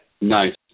Nice